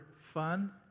fun